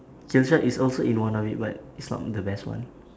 killshot is also in one of it but it's not the best one